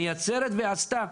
מייצרת ועשתה,